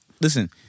listen